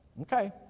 Okay